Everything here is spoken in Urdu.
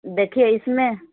دیکھیے اِس میں